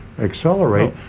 accelerate